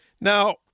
Now